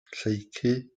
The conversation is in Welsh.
lleucu